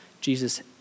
Jesus